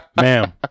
Ma'am